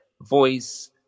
Voice